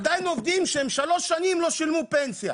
עדיין עובדים שהם שלוש שנים לא שילמו פנסיה